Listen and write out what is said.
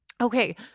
Okay